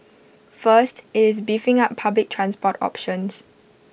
first IT is beefing up public transport options